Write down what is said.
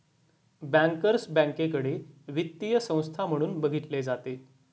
bankers बँकेकडे वित्तीय संस्था म्हणून बघितले जाते